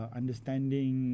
understanding